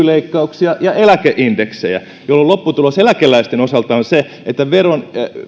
leikkauksia ja eläkeindeksejä jolloin lopputulos eläkeläisten osalta on se että